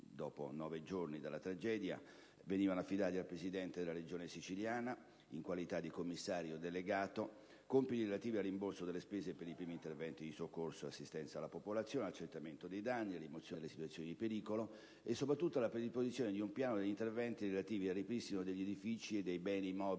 dopo nove giorni dalla tragedia, venivano affidati al Presidente della Regione Siciliana, in qualità di commissario delegato, compiti relativi al rimborso delle spese per i primi interventi di soccorso e assistenza alla popolazione, accertamento dei danni, rimozione delle situazioni di pericolo e, soprattutto, la predisposizione di un piano di interventi relativi al ripristino degli edifici e dei beni mobili